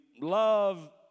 love